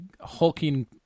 hulking